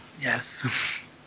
Yes